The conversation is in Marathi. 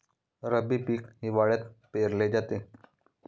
रब्बी पीक हिवाळ्यात पेरले जाते